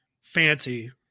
fancy